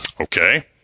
Okay